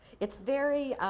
it's very